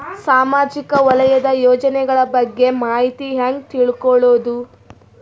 ಸಾಮಾಜಿಕ ವಲಯದ ಯೋಜನೆಗಳ ಬಗ್ಗೆ ಮಾಹಿತಿ ಹ್ಯಾಂಗ ತಿಳ್ಕೊಳ್ಳುದು?